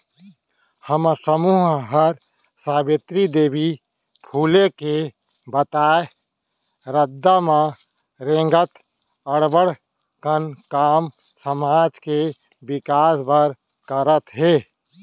हमर समूह हर सावित्री देवी फूले के बताए रद्दा म रेंगत अब्बड़ कन काम समाज के बिकास बर करत हे